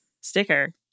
sticker